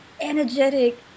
energetic